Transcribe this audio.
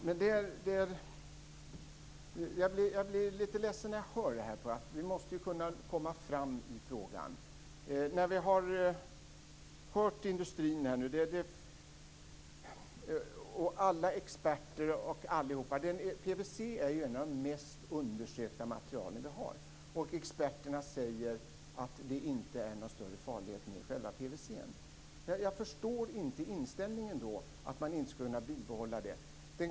Fru talman! Jag blir ledsen när jag hör det här. Vi måste ju kunna komma fram i frågan. PVC är ett av de mest undersökta material vi har, och experterna säger att det inte är någon större farlighet med själva PVC. Jag förstår inte inställningen att man inte skall kunna bibehålla det.